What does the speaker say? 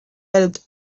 had